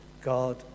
God